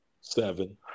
seven